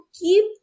keep